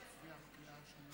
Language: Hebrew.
הצבעתי במקום,